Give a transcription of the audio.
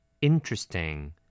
Interesting